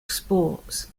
sports